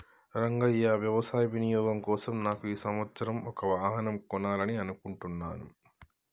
రంగయ్య వ్యవసాయ వినియోగం కోసం నాకు ఈ సంవత్సరం ఒక వాహనం కొనాలని అనుకుంటున్నాను